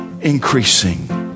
increasing